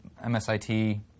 MSIT